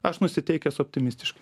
aš nusiteikęs optimistiškai